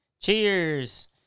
Cheers